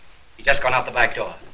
yeah gone out the back door.